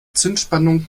zündspannung